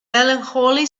melancholy